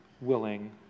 willing